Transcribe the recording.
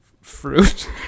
Fruit